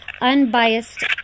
unbiased